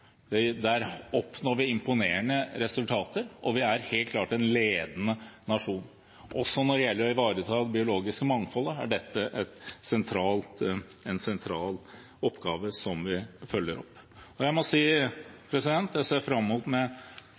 Der oppnår vi imponerende resultater, og vi er helt klart en ledende nasjon. Også når det gjelder å ivareta det biologiske mangfoldet, er dette en sentral oppgave som vi følger opp. Jeg må si at jeg med spenning ser fram mot